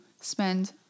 spend